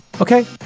Okay